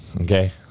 okay